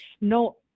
No